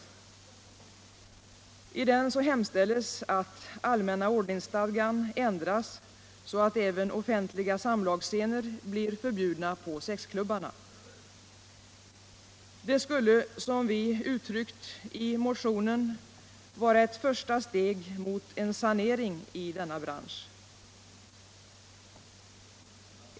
I denna hemställs att allmänna ordningsstadgan ändras så att även offentliga sumlagsscener blir förbjudna på sexklubbarna. Detta skulle, som vi uttryckt det i motionen, vara ett första steg mot en sanering i denna bransch.